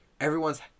everyone's